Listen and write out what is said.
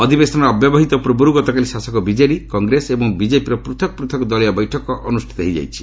ଅଧିବେଶନର ଅବ୍ୟବହିତ ପୂର୍ବରୁ ଗତକାଲି ଶାସକ ବିଜେଡ଼ି କଂଗ୍ରେସ ଏବଂ ବିଜେପିର ପ୍ଚଥକ ପୃଥକ ଦଳୀୟ ବୈଠକ ଅନୁଷ୍ଠିତ ହୋଇଯାଇଛି